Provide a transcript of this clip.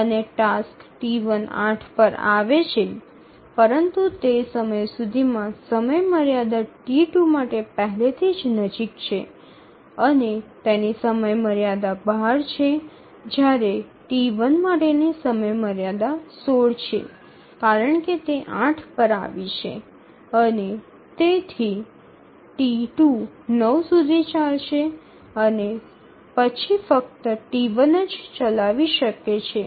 અને task T1 ૮ પર આવે છે પરંતુ તે સમય સુધીમાં સમયમર્યાદા T2 માટે પહેલેથી જ નજીક છે અને તેની સમયમર્યાદા ૧૨ છે જ્યારે T1 માટેની સમયમર્યાદા ૧૬ છે કારણ કે તે ૮ પર આવી છે અને તેથી T2 ૯ સુધી ચાલશે અને પછી ફક્ત T1 જ ચલાવી શકે છે